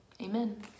Amen